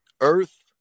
earth